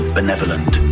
benevolent